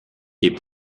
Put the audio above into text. est